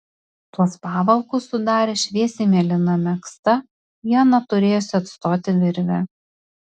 tuos pavalkus sudarė šviesiai mėlyna megzta ieną turėjusi atstoti virvė